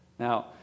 Now